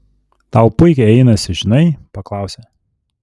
tau puikiai einasi žinai paklausė